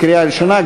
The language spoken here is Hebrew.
לקריאה ראשונה,